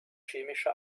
chemische